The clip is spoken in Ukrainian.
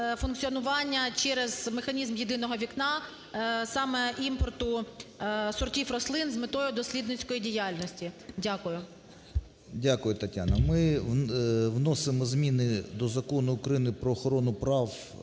функціонування через механізм єдиного вікна саме імпорту сортів рослин з метою дослідницької діяльності. Дякую. 13:34:41 КРИШИН О.Ю. Дякую, Тетяно. Ми вносимо зміни до Закону України "Про охорону прав